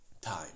time